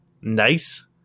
nice